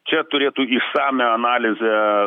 čia turėtų išsamią analizę